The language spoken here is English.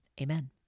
Amen